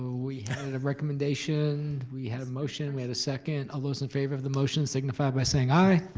we had a recommendation, we had a motion, we had a second. all those in favor of the motion, signify by saying i.